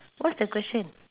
what's the question